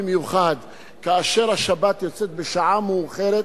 במיוחד כאשר השבת יוצאת בשעה מאוחרת.